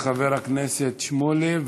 תודה לחבר הכנסת שמולי.